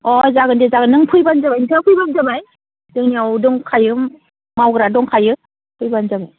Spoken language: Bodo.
अ जागोन दे जागोन नों फैब्लानो जाबाय नोंथाङा फैब्लानो जाबाय जोंनियाव दंखायो मावग्रा दंखायो फैब्लानो जाबाय